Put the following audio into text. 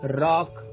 rock